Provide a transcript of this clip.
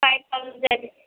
five thousand ہو جائے گا